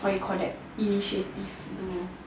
what you call that initiative to